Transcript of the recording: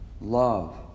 love